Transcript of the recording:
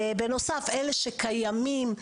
בנוסף אלה שקיימים,